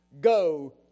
go